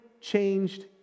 changed